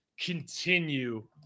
continue